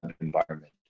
environment